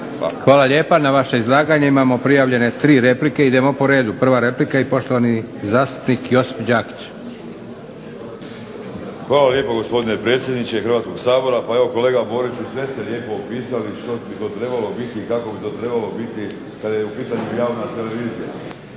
Hvala lijepa. Na vaše izlaganje imamo prijavljene tri replike. Idemo po redu. Prva replika i poštovani zastupnik Josip Đakić. **Đakić, Josip (HDZ)** Hvala lijepo gospodine predsjedniče Hrvatskog sabora. Pa evo kolega Boriću sve ste lijepo opisali što bi to trebalo biti i kako bi to trebalo biti kada je u pitanju javna televizija.